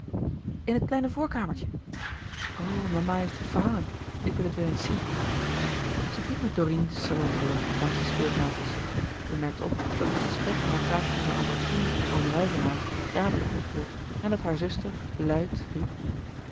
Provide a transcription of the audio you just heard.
in het kleine voorkamertje o mama heeft het verhangen ik wil het weêr eens zien zij ging met dorine den salon door langs de speeltafels zij merkte op dat het gesprek aan het tafeltje van adolfine en oom ruyvenaer dadelijk ophield en dat hare zuster luid riep